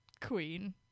queen